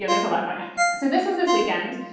yeah there's a lot going on. so this was this weekend.